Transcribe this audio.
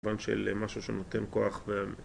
כיוון של משהו שנותן כוח